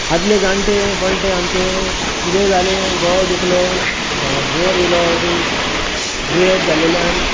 आदले जाणटे पणटे आमचे कितेंय जालें गळो दुखलो जांव जोर येयलो अशें दुयेंत जाल्लेल्यान